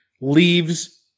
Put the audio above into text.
leaves